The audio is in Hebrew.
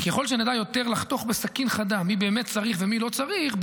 וככל שנדע יותר לחתוך בסכין חדה מי באמת צריך ומי לא צריך,